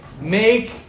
make